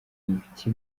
ibiki